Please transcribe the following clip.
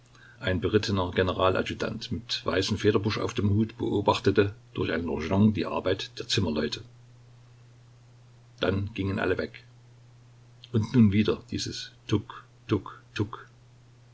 ein berittener generaladjutant mit weißem federbusch auf dem hut beobachtete durch ein lorgnon die arbeit der zimmerleute dann gingen alle weg und nun wieder dieses tuck tuck